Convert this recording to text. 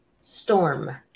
Storm